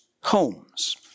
homes